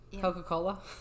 Coca-Cola